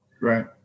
Right